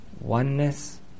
Oneness